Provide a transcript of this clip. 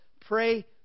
Pray